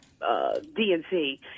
DNC